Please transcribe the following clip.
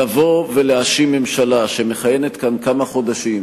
לבוא ולהאשים ממשלה שמכהנת כאן כמה חודשים